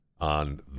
on